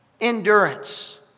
Endurance